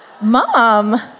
Mom